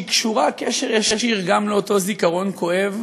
שהיא קשורה בקשר ישיר גם לאותו זיכרון כואב